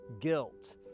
guilt